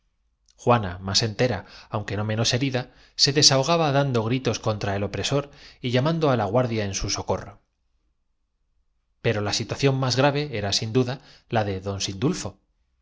juana más entera aunque no menos herida se desahogaba dando gritos contra el opresor y llamando á la guardia en su socorro pero la situación más grave era sin duda la de don sindulfo